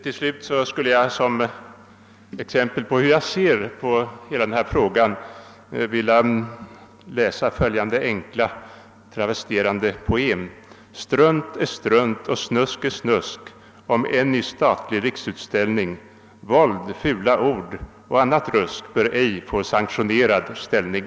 Till slut skulle jag som exempel på hur jag ser på hela denna fråga vilja läsa följande enkla, travesterade poem: Strunt är strunt och snusk är snusk, om än i statlig riksutställning. Våld, fula ord och annat rusk bör ej få sanktionerad ställning.